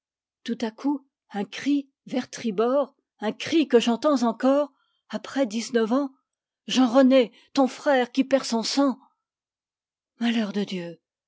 tout à coup un cri vers tribord un cri que j'entends encore après dix-neuf ans jean rené ton frère qui perd son sang malheur de dieu